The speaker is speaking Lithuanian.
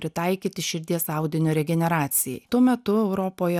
pritaikyti širdies audinio regeneracijai tuo metu europoje